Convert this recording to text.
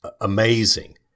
amazing